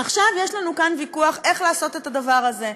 עכשיו, יש לנו כאן ויכוח איך לעשות את הדבר הזה.